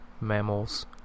mammals